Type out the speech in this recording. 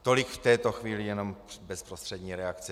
Tolik v této chvíli jenom bezprostřední reakce.